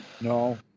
No